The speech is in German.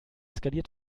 skaliert